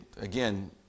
again